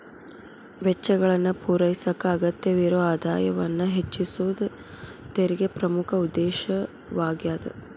ವೆಚ್ಚಗಳನ್ನ ಪೂರೈಸಕ ಅಗತ್ಯವಿರೊ ಆದಾಯವನ್ನ ಹೆಚ್ಚಿಸೋದ ತೆರಿಗೆ ಪ್ರಮುಖ ಉದ್ದೇಶವಾಗ್ಯಾದ